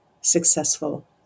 successful